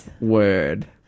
word